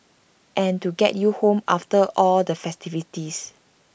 and to get you home after all the festivities